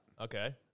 Okay